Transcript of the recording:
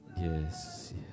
Yes